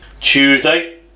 Tuesday